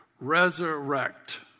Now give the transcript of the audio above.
resurrect